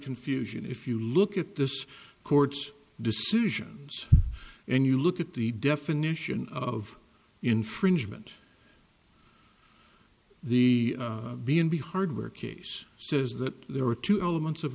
confusion if you look at this court's decisions and you look at the definition of infringement the b and b hardware case says that there are two elements of